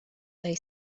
they